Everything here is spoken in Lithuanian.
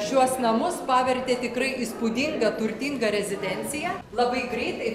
šiuos namus pavertė tikrai įspūdinga turtinga rezidencija labai greitai